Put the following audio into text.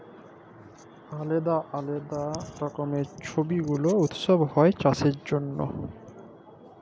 আলদা আলদা রকমের ছব গুলা উৎসব হ্যয় চাষের জনহে